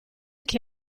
che